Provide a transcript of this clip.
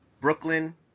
Brooklyn